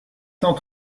cent